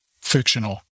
fictional